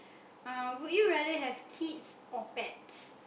uh would you rather have kids or pets